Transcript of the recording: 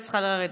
את צריכה לרדת.